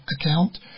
account